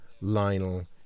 Lionel